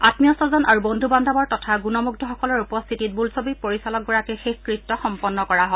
আমীস্বজন আৰু বন্ধ বান্ধৱ তথা গুণমুঙ্ধসকলৰ উপস্থিতিত বোলছবি পৰিচালকগৰাকীৰ শেষকৃত্য সম্পন্ন কৰা হয়